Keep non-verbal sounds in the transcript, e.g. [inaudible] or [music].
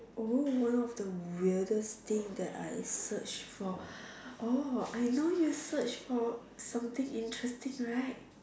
oh one of the weirdest thing that I search for [breath] orh I know you searched for something interesting right